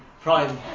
prime